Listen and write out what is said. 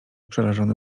przerażony